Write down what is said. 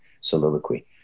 Soliloquy